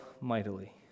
mightily